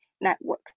network